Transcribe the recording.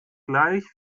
gleich